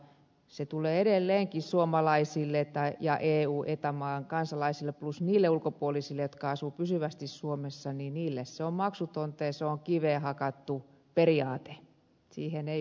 opetus on edelleenkin suomalaisille ja eta maiden kansalaisille plus niille ulkopuolisille jotka asuvat pysyvästi suomessa maksutonta ja se on kiveen hakattu periaate siihen ei puututa